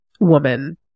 woman